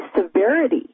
severity